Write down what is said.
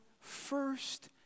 first